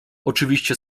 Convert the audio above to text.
oczywiście